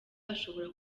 ashobora